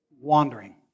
Wandering